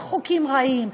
היו כבר חוקים רעים,